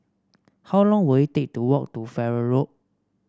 how long will it take to walk to Farrer Road